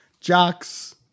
jocks